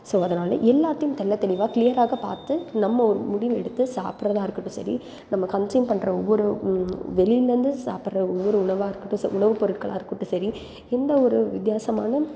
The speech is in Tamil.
ஸோ அதனால் எல்லாத்தையும் தெள்ளத் தெளிவாக க்ளியராக பார்த்து நம்ம ஒரு முடிவு எடுத்து சாப்பிட்றதா இருக்கட்டும் சரி நம்ம கன்ஸ்யூம் பண்ணுற ஒவ்வொரு வெளியிலேந்து சாப்பிட்ற ஒவ்வொரு உணவாக இருக்கட்டும் செ உணவுப் பொருட்களாக இருக்கட்டும் சரி எந்த ஒரு வித்தியாசமான